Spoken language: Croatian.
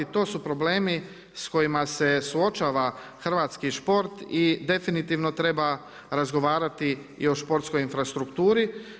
To su problemi s kojima se suočava hrvatski šport i definitivno treba razgovarati i o športskoj infrastrukturi.